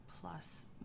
Plus